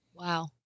Wow